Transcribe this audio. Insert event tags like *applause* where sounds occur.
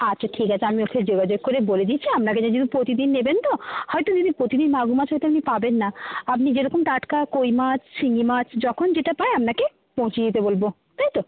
আচ্ছা ঠিক আছে আমি ওর সাথে যোগাযোগ করে বলে দিচ্ছি আপনাকে *unintelligible* প্রতিদিন নেবেন তো হয়তো দিদি প্রতিদিন মাগুর মাছ হয়তো আপনি পাবেন না আপনি যেরকম টাটকা কই মাছ শিঙি মাছ যখন যেটা পায় আপনাকে পৌঁছে দিতে বলব তাই তো